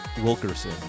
Wilkerson